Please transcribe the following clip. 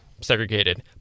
segregated